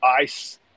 ice